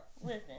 Listen